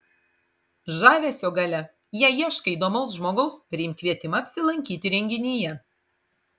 žavesio galia jei ieškai įdomaus žmogaus priimk kvietimą apsilankyti renginyje